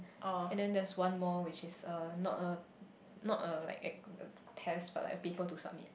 and then there's one more which is a not a not a like test but like a paper to submit